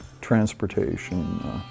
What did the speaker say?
transportation